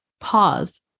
Pause